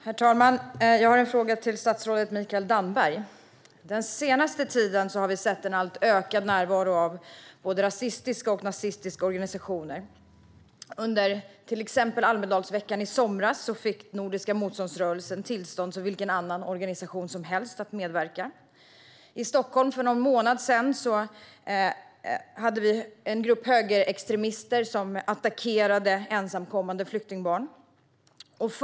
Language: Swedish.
Herr talman! Jag har en fråga till statsrådet Mikael Damberg. Den senaste tiden har vi sett en ökande närvaro av både rasistiska och nazistiska organisationer. Under Almedalsveckan i somras fick Nordiska motståndsrörelsen, som vilken annan organisation som helst, tillstånd att medverka. För någon månad sedan attackerade en grupp högerextremister ensamkommande flyktingbarn i Stockholm.